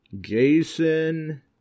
Jason